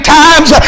times